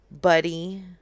buddy